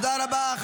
תודה רבה.